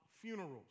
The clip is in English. funerals